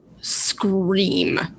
scream